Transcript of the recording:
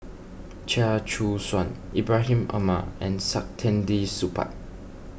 Chia Choo Suan Ibrahim Omar and Saktiandi Supaat